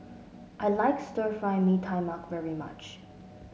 I like Stir Fry Mee Tai Mak very much